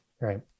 right